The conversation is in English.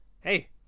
Hey